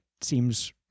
seems